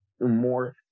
more